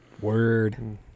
Word